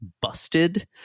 busted